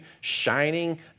shining